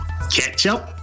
Ketchup